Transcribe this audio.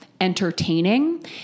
entertaining